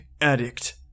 addict